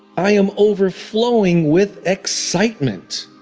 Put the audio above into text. i am overflowing with excitement.